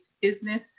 Business